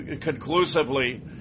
conclusively